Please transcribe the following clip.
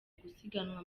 gusiganwa